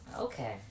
Okay